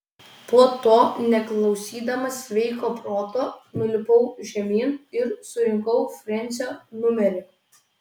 po to neklausydamas sveiko proto nulipau žemyn ir surinkau frensio numerį